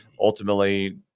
ultimately